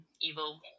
evil